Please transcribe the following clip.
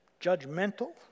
judgmental